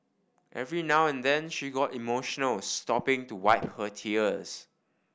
every now and then she got emotional stopping to wipe her tears